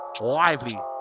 lively